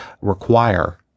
require